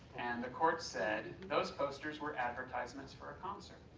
and the court said those posters were advertisements for a concert,